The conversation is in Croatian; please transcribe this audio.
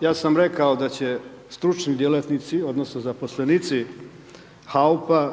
ja sam rekao da će stručni djelatnici odnosno zaposlenici HAOP-a